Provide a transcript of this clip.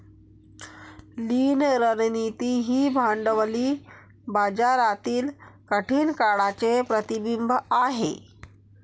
लीन रणनीती ही भांडवली बाजारातील कठीण काळाचे प्रतिबिंब आहे